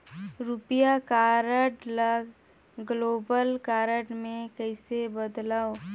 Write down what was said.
रुपिया कारड ल global card मे कइसे बदलव?